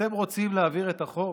אתם רוצים להעביר את החוק?